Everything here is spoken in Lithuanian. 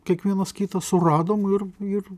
kiekvienas kitą suradom ir ir